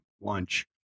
lunch